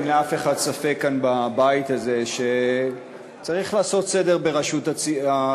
אין לאף אחד בבית הזה ספק שצריך לעשות סדר ברשות השידור.